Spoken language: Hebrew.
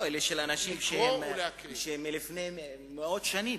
אלה של אנשים מלפני מאות שנים,